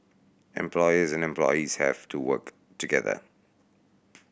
employers and employees have to work together